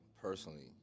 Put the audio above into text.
personally